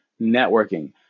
networking